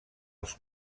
els